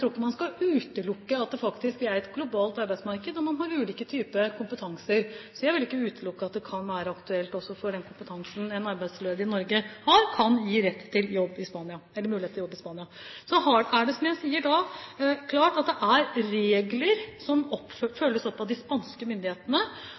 ikke tror man skal utelukke at det faktisk er et globalt arbeidsmarked, og at man har ulik type kompetanse. Så jeg vil ikke utelukke at det kan være aktuelt at også den kompetansen en arbeidsledig i Norge har, kan gi mulighet til jobb i Spania. Så er det, som jeg sier, klart at det er regler som følges opp av de spanske myndighetene, og det er klart at det er